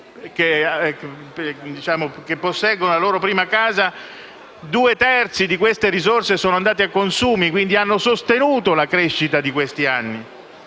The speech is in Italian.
che posseggono la loro prima casa): due terzi di queste risorse sono andate ai consumi, quindi hanno sostenuto la crescita di questi anni.